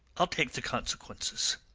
i'll take the consequences.